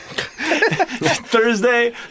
Thursday